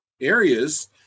areas